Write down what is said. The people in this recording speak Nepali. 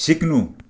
सिक्नु